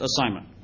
assignment